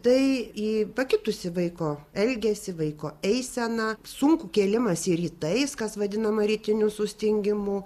tai į pakitusį vaiko elgesį vaiko eiseną sunkų kėlimąsi rytais kas vadinama rytiniu sustingimu